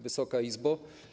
Wysoka Izbo!